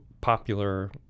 popular